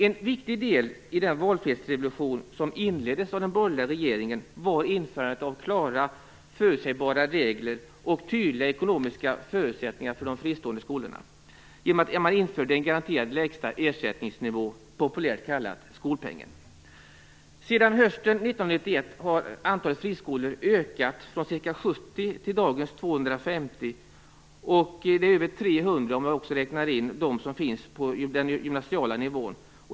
En viktig del i den valfrihetsrevolution som inleddes av den borgerliga regeringen var införandet av klara, förutsägbara och tydliga ekonomiska förutsättningar för de fristående skolorna genom en garanterad lägsta ersättningsnivå, populärt kallad skolpengen. Sedan hösten 1991 har antalet friskolor ökat från ca 70 till dagens 250. Det är över 300 om jag också räknar in dem som finns på den gymnasiala nivån.